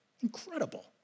Incredible